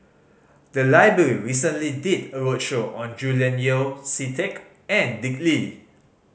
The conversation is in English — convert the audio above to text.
the library recently did a roadshow on Julian Yeo See Teck and Dick Lee